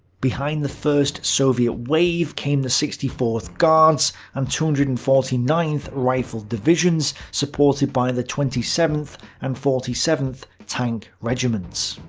behind the first soviet wave came the sixty fourth guards and two hundred and forty ninth rifle divisions, supported by the twenty seventh and forty seventh tank regiments.